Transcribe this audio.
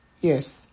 Yes